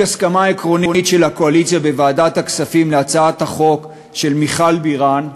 הסכמה עקרונית של הקואליציה בוועדת הכספים להצעת החוק של מיכל בירן,